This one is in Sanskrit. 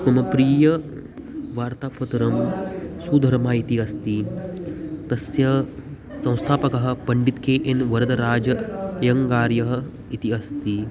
मम प्रियं वार्तापत्रं सुधर्मा इति अस्ति तस्य संस्थापकः पण्डित् के एन् वरदराज अय्यङ्गार्यः इति अस्ति